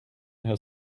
her